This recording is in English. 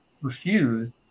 refuse